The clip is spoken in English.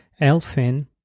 Elfin